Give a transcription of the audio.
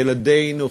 ילדינו,